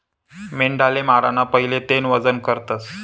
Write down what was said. मेंढाले माराना पहिले तेनं वजन करतस